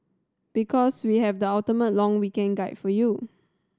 because we have the ultimate long weekend guide for you